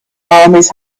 armies